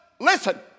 listen